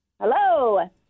Hello